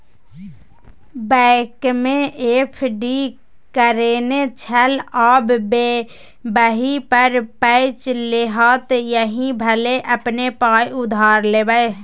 बैंकमे एफ.डी करेने छल आब वैह पर पैंच लेताह यैह भेल अपने पाय उधार लेब